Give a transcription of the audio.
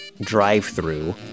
drive-through